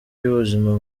ry’ubuzima